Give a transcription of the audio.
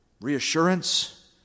reassurance